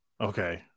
okay